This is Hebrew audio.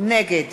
נגד